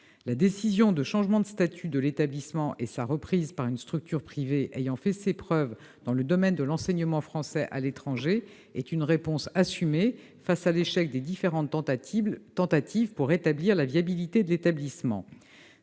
La décision de changement de statut de l'établissement et de sa reprise par une structure privée ayant fait ses preuves dans le domaine de l'enseignement français à l'étranger est une réponse assumée face à l'échec des différentes tentatives pour rétablir la viabilité de l'établissement.